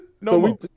No